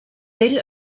ell